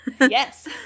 Yes